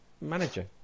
manager